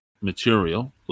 material